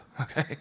Okay